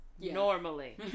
normally